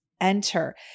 enter